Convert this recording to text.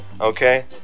Okay